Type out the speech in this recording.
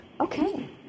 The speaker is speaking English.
Okay